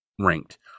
ranked